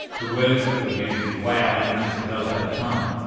the words that we use, the way our language has developed over time.